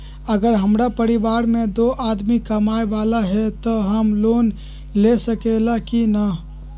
अगर हमरा परिवार में दो आदमी कमाये वाला है त हम लोन ले सकेली की न?